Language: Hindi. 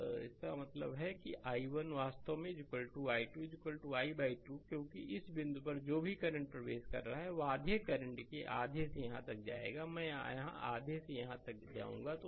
स्लाइड समय देखें 2847 इसका मतलब है कि i1 वास्तव में i2 i 2 है क्योंकि इस बिंदु पर जो भी करंट प्रवेश कर रहा है वह आधे के करंट के आधे से यहां तक जाएगा मैं के आधे से यहां तक जाऊंगा